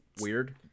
weird